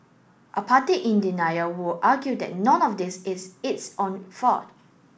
a party in denial would argue that none of this is its own fault